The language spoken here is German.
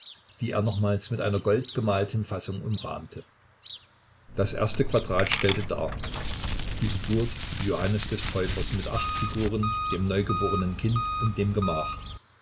die er nochmals mit einer goldgemalten fassung umrahmte das erste quadrat stellte dar die geburt johannes des täufers mit acht figuren dem neugeborenen kind und dem gemach